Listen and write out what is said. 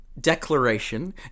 declaration